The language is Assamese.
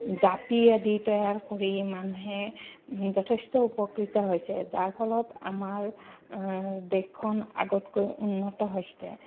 জাপি আদি তৈয়াৰ কৰি মানুহে যথেষ্ট উপকৃত হৈছে যাৰ ফলত আমাৰ দেশখন আগতকৈ উন্নত হৈছে